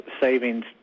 savings